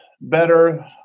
better